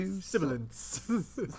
Sibilance